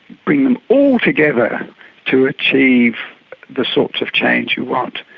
bring them all together to achieve the sorts of change you want.